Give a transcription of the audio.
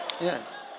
Yes